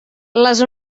les